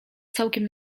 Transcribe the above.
całkiem